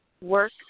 work